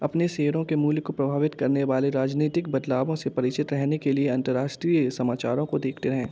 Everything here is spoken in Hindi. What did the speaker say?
अपने शेयरों के मूल्य को प्रभावित करने वाले राजनीतिक बदलावों से परिचित रहने के लिए अंतर्राष्ट्रीय समाचारों को देखते रहें